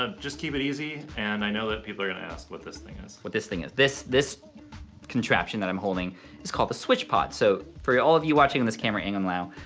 ah just keep it easy, and i know that people are gonna ask what this thing is. what this thing is, this this contraption that i'm holding is called the switch pod. so, for yeah all of you watching and this camera angle now,